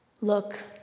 Look